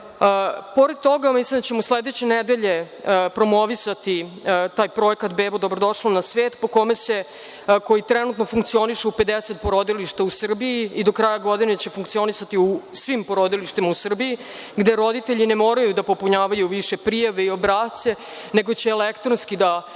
pored toga, mislim da ćemo sledeće nedelje promovisati taj Projekat „Bebo dobro došla na svet“ koji trenutno funkcioniše u 50 porodilišta u Srbiji i do kraja godine će funkcionisati u svim porodilištima u Srbiji, gde roditelji ne moraju da popunjavaju više prijave i obrasce, nego će elektronski da